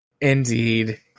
Indeed